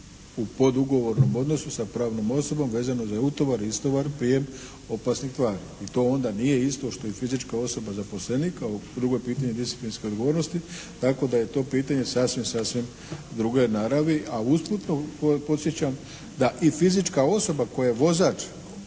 u podugovornom odnosu sa pravnom osobom vezano za utovar i istovar, prijem opasnih tvari i to onda nije isto što i fizička osoba zaposlenik, a drugo je pitanje disciplinske odgovornosti tako da je to pitanje sasvim, sasvim druge naravi a usput vas podsjećam da i fizička osoba koja je vozač